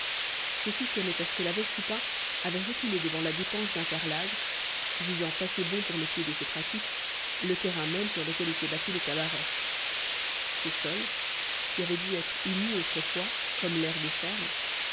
ceci tenait à ce que la veuve chupin avait reculé devant la dépense d'un carrelage jugeant assez bon pour les pieds de ses pratiques le terrain même sur lequel était bâti le cabaret ce sol qui avait dû être uni autrefois comme l'aire des fermes